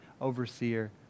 overseer